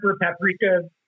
paprika